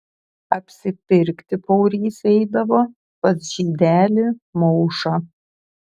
apsipirkti paurys eidavo pas žydelį maušą